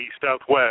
Southwest